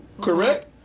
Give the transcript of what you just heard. correct